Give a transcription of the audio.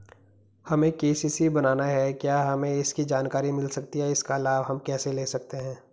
हमें के.सी.सी बनाना है क्या हमें इसकी जानकारी मिल सकती है इसका लाभ हम कैसे ले सकते हैं?